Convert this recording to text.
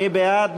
מי בעד?